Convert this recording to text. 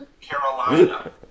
Carolina